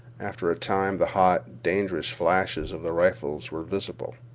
after a time the hot, dangerous flashes of the rifles were visible.